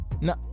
No